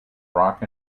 rock